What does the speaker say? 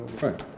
Right